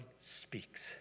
speaks